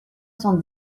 cent